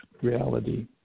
reality